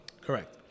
Correct